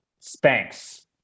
Spanx